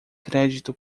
crédito